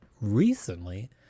recently